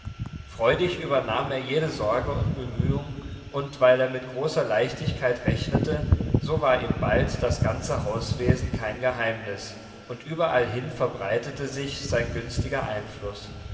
freudig übernahm er jede sorge und bemühung und weil er mit großer leichtigkeit rechnete so war ihm bald das ganze hauswesen kein geheimnis und überallhin verbreitete sich sein günstiger einfluß